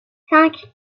cinq